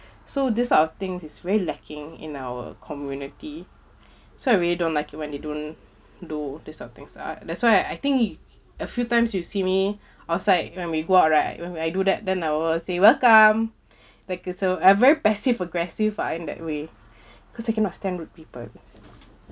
so this sort of thing is really lacking in our community so I really don't like it when they don't do this sort of things ah that's why I think a few times you see me outside when we go out right when when I do that then I'll say welcome like it's a a very passive aggressive I'm that way cause I cannot stand rude people